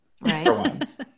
Right